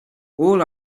all